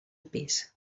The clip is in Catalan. pis